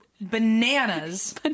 bananas